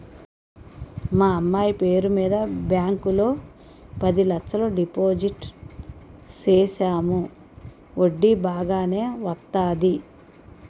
మా అమ్మాయి పేరు మీద బ్యాంకు లో పది లచ్చలు డిపోజిట్ సేసాము వడ్డీ బాగానే వత్తాది